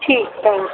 ਠੀਕ ਹੈ